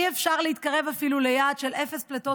אי-אפשר אפילו להתקרב ליעד של אפס פליטות